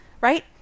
right